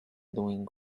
doing